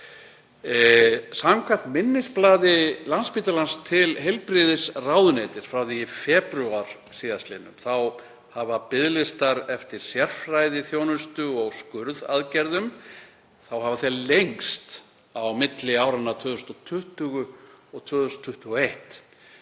Samkvæmt minnisblaði Landspítalans til heilbrigðisráðuneytis frá því í febrúar síðastliðnum hafa biðlistar eftir sérfræðiþjónustu og skurðaðgerðum lengst á milli áranna 2020 og 2021.